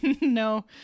no